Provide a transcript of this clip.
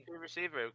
receiver